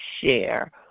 share